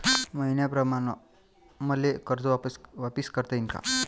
मईन्याप्रमाणं मले कर्ज वापिस करता येईन का?